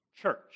church